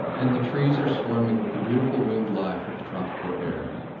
and the trees are swarming with the beautiful winged life of the tropical air.